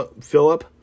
Philip